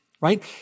right